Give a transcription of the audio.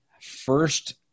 first